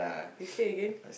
you say again